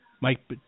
Mike